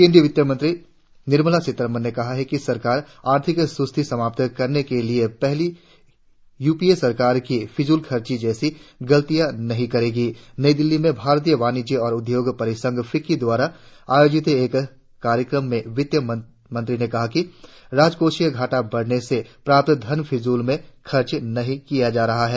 केंद्रीय वित्त मंत्री निर्मला सीतारमण ने कहा है कि सरकार आर्थिक सुस्ती समाप्त करने के लिए पिछली यूपीए सरकार की फिजूलखर्ची जैसी गलतियां नहीं करेगी नई दिल्ली में भारतीय वाणिज्य और उद्योग परिसंघ फिक्की द्वारा आयोजित एक कार्यक्रम में वित्त मंत्री ने कहा कि राजकोषीय घाटा बढ़ने से प्राप्त धन फिजूल में खर्च नहीं किया जा रहा है